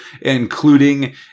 including